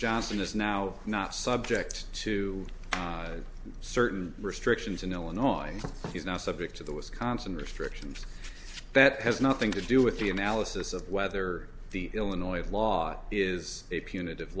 johnson is now not subject to certain restrictions in illinois he's not subject to the wisconsin restrictions that has nothing to do with the analysis of whether the illinois law is a p